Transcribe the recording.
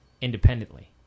independently